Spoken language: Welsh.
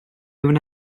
wna